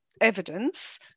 evidence